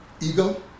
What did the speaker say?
ego